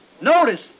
Notice